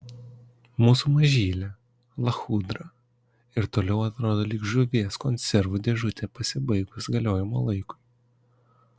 mūsų mažylė lachudra ir toliau atrodo lyg žuvies konservų dėžutė pasibaigus galiojimo laikui